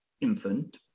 infant